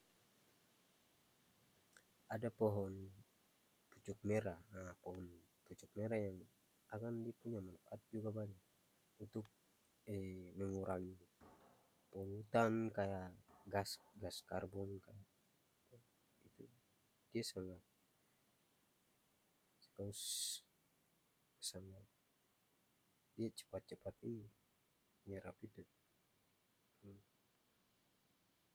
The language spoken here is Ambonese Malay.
Ada pohong pucuk mera haa pohong pucuk mera yang akang biking yang manfaat juga banya, untuk menyurangi polutan kaya gas-gas karbon dia sangat dia cepat cepat ini menyerap itu.